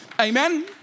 Amen